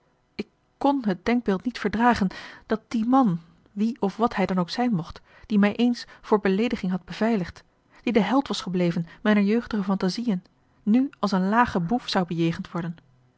ik kon het denkbeeld niet verdragen dat die man wie of wat hij dan ook zijn mocht die mij eens voor beleediging had beveiligd die de held was gebleven mijner jeugdige phantasiën nu als een lage boef zou bejegend worden